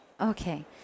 okay